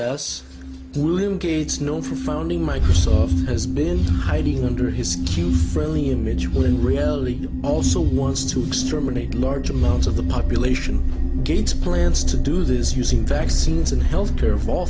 as william gates new founding microsoft has been hiding under his cue friendly image when reality also wants to exterminate large amounts of the population gates plans to do this using vaccines and health care of all